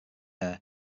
air